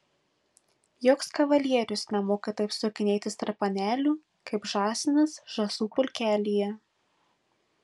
joks kavalierius nemoka taip sukinėtis tarp panelių kaip žąsinas žąsų pulkelyje